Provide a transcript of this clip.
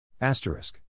Asterisk